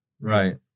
Right